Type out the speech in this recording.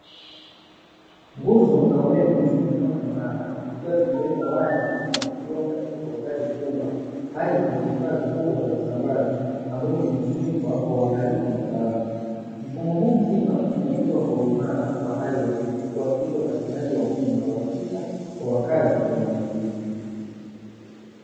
Nguzo za umeme zimesimama imara, zikiwa zimebeba waya wa umeme uliounganishwa kwa ustadi mkubwa hadi kwenye vifaa vikubwa vya kusambaza; ambavyo vimefunikwa kwa uangalifu na kwa usalama. Mfumo huu mzima umejengwa kwa uimara wa hali ya juu, kuhakikisha upatikanaji wa umeme wa uhakika kwa wakazi wa eneo hili.